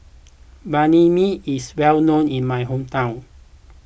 Banh Mi is well known in my hometown